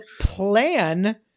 plan